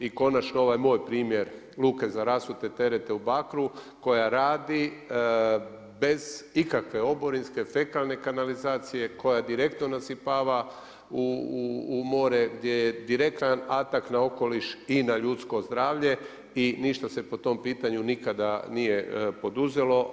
I konačno ovaj moj primjer luke za rasute terete u Bakru koja radi bez ikakve oborinske, fekalne kanalizacije koja direktno nasipava u more gdje je direktan atackt na okoliš i na ljudsko zdravlje i ništa se po tom pitanju nikada nije poduzelo.